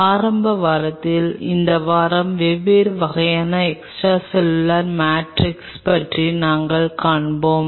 ஆரம்ப வாரத்தில் இந்த வாரம் வெவ்வேறு வகையான எக்ஸ்ட்ரா செல்லுலார் மேட்ரிக்ஸ் பற்றி நாங்கள் காண்போம்